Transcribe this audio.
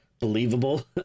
believable